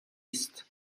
است